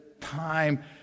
time